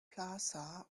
plaza